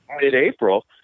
mid-April